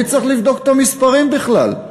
מי צריך לבדוק את המספרים בכלל?